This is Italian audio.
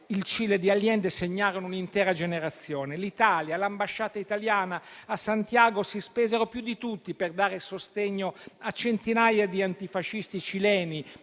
Il Cile di Allende segnò un'intera generazione. L'Italia e l'ambasciata italiana a Santiago si spesero più di tutti per dare sostegno a centinaia di antifascisti cileni,